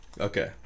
okay